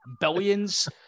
billions